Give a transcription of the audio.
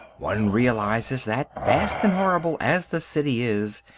one realises that, vast and horrible as the city is,